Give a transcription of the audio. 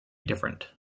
different